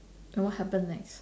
and what happened next